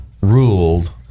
ruled